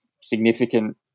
significant